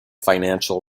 financial